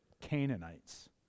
Canaanites